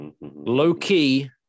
Low-key